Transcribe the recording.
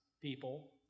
people